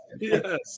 yes